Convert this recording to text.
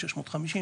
650,